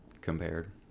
compared